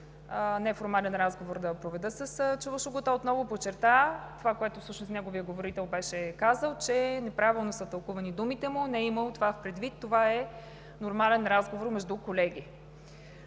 неформален разговор с Чавушоглу, като той отново подчерта това, което всъщност неговият говорител беше казал, че неправилно са тълкувани думите му, не е имал това предвид, това е нормален разговор между колеги.